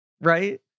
Right